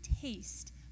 taste